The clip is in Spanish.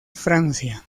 francia